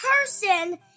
person